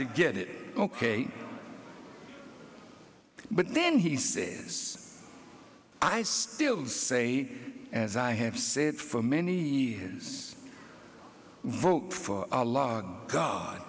to get it ok but then he says i still say as i have said for many years